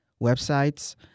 websites